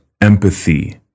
empathy